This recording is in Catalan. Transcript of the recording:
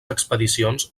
expedicions